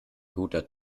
guter